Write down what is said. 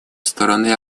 стороны